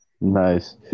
Nice